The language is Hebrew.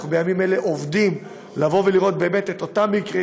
בימים אלה אנחנו עובדים כדי לראות באמת את אותם מקרים,